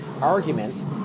arguments